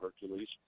Hercules